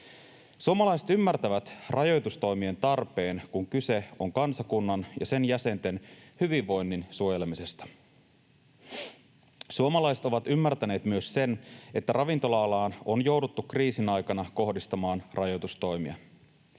Suomalaiset ymmärtävät rajoitustoimien tarpeen, kun kyse on kansakunnan ja sen jäsenten hyvinvoinnin suojelemisesta. Suomalaiset ovat ymmärtäneet myös sen, että ravintola-alaan on jouduttu kriisin aikana kohdistamaan rajoitustoimia.